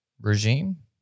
Regime